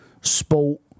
sport